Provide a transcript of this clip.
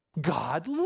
God